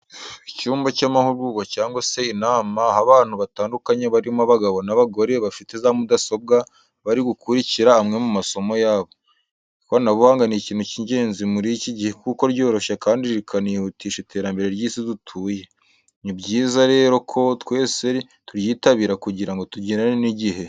Icyumba cy'amahugurwa cyangwa se inama aho abantu batandukanye barimo abagabo n'abagore, bafite za mudasobwa bari gukurikira amwe mu masomo yabo. Ikoranabuhanga ni ikintu cy'ingenzi muri iki gihe kuko ryoroshya kandi rikanihutisha iterambere ry'isi dutuye. Ni byiza rero ko twese turyitabira kugirango tugendane n'igihe.